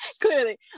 clearly